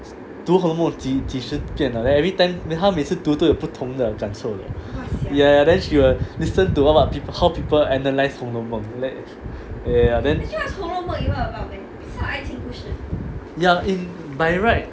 读红楼梦即使变的 then everytime 她每次读都有不同的感受的 ya ya ya then she will listen to what people how people analyse 红楼梦 ya ya ya in by right